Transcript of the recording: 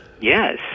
Yes